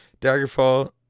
Daggerfall